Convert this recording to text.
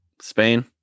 spain